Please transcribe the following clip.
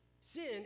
sin